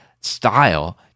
style